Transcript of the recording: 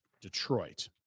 Detroit